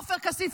עופר כסיף,